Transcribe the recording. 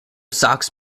sox